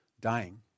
dying